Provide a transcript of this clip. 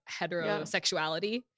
heterosexuality